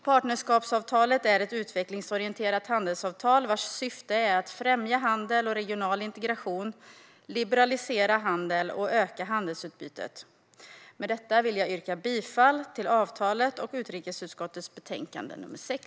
Partnerskapsavtalet är ett utvecklingsorienterat handelsavtal, vars syfte är att främja handel och regional integration, liberalisera handeln och öka handelsutbytet. Med detta vill jag yrka bifall till förslaget om avtalet i utrikesutskottets betänkande nr 6.